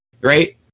right